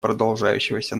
продолжающегося